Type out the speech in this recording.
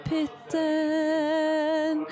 Pitten